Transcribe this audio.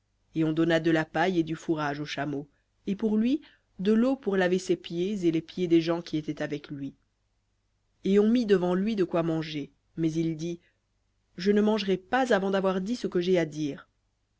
et on donna de la paille et du fourrage aux chameaux et de l'eau pour laver ses pieds et les pieds des gens qui étaient avec lui et on mit devant lui de quoi manger mais il dit je ne mangerai pas avant d'avoir dit ce que j'ai à dire